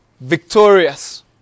victorious